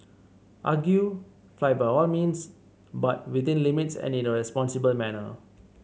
argue flight by all means but within limits and in a responsible manner